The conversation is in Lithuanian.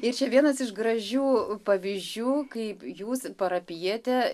ir čia vienas iš gražių pavyzdžių kaip jūs parapijietė